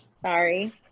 sorry